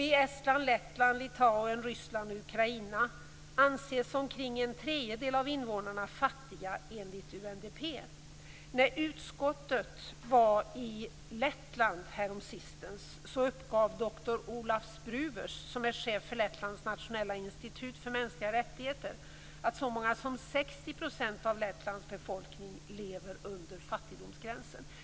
I Estland, Lettland, Litauen, Ryssland och Ukraina anses omkring en tredjedel av invånarna fattiga enligt UNDP. När utskottet var i Lettland häromsistens uppgav doktor Olaf Spruvers, som är chef för Lettlands nationella institut för mänskliga rättigheter, att så många som 60 % av Lettlands befolkning lever under fattigdomsgränsen.